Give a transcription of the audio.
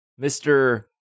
Mr